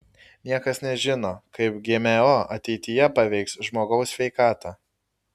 niekas nežino kaip gmo ateityje paveiks žmogaus sveikatą